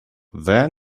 then